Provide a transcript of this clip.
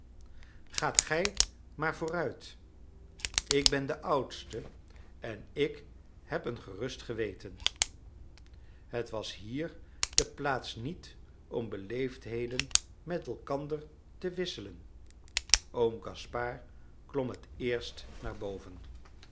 gaat gij maar vooruit ik ben de oudste en ik heb een gerust geweten het was hier de plaats niet om beleefdheden met elkander te wisselen oom gaspard klom het eerst naar boven